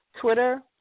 Twitter